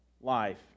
life